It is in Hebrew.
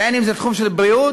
בין שזה תחום של בריאות